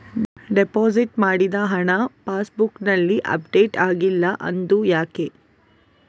Deposit ಮಾಡಿದ ಹಣ pass ಬುಕ್ನಲ್ಲಿ ಅಪ್ಡೇಟ್ ಆಗಿಲ್ಲ ಅದು ಯಾಕೆ?